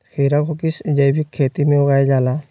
खीरा को किस जैविक खेती में उगाई जाला?